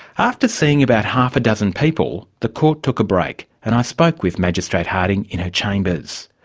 after seeing about half a dozen people, the court took a break and i spoke with magistrate harding in her chambers.